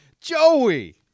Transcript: Joey